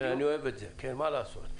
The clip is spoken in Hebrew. כן, צודק.